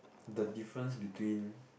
the difference between